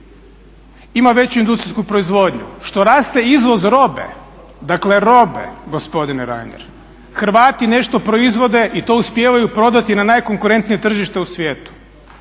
ima veću industrijsku proizvodnju, što raste izvoz robe, dakle robe gospodine Reiner. Hrvati nešto proizvode i to uspijevaju prodati na najkonkurentnije tržište u svijetu.